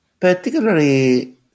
particularly